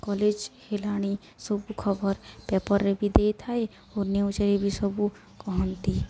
college ହେଲାଣି ସବୁ ଖବର ପେପରରେ ବି ଦେଇଥାଏ ଓ ନ୍ୟୁଜରେ ବି ସବୁ କହନ୍ତି